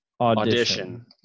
Audition